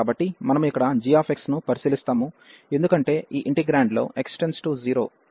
కాబట్టి మనము ఇక్కడ g ను పరిశీలిస్తాము ఎందుకంటే ఈ ఇంటిగ్రేండ్లో x→0అయినప్పుడు సమస్య స్పష్టంగా ఉంది